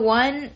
one